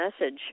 message